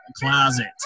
closet